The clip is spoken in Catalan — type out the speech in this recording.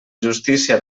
justícia